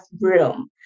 room